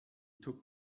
took